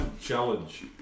Challenge